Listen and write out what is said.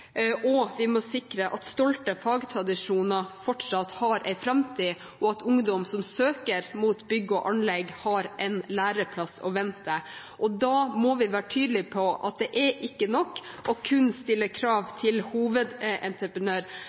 Vi må sikre at stolte fagtradisjoner fortsatt har en framtid, og at ungdom som søker mot bygg og anlegg, har en læreplass i vente. Da må vi være tydelige på at det ikke er nok kun å stille krav til